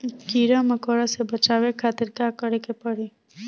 कीड़ा मकोड़ा से बचावे खातिर का करे के पड़ी?